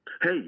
hey